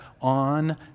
on